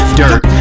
dirt